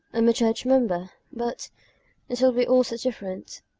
i'm a church member. but it'll be all so different.